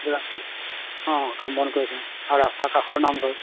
কাম বন কৰিছে আৰু ৰাস্তাৰ কাষৰ নামঘৰ